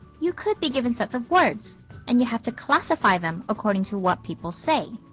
you could be given sets of words and you have to classify them according to what people say.